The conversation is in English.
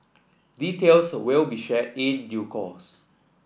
details will be shared in due course